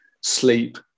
sleep